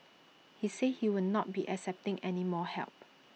he said he will not be accepting any more help